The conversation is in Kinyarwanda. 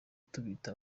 tubita